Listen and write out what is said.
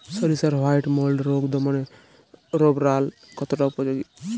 সরিষার white mould রোগ দমনে রোভরাল কতটা উপযোগী?